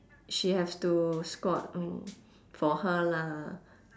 she have to squat mm for her lah